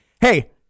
Hey